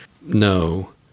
no